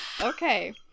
Okay